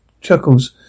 Chuckles